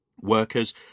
workers